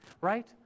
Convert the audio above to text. right